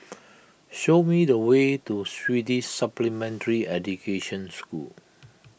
show me the way to Swedish Supplementary Education School